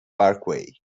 parkway